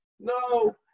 No